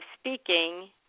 speaking